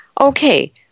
Okay